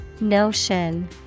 Notion